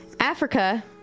Africa